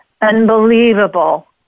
unbelievable